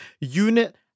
unit